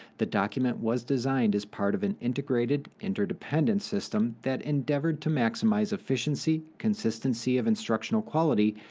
the document was designed as part of an integrated, interdependent system that endeavored to maximize efficiency, consistency of instructional quality,